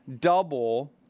double